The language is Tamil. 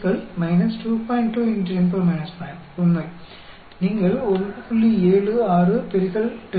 2 x 10 9 உண்மை நீங்கள் 1